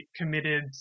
committed